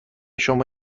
شما